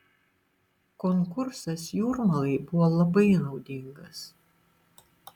konkursas jūrmalai buvo labai naudingas